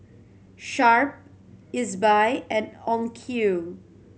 Sharp Ezbuy and Onkyo